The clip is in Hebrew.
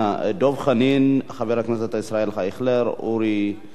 חברי הכנסת דב חנין, ישראל אייכלר, אורי אריאל,